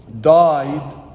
died